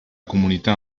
comunità